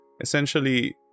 Essentially